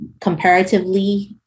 comparatively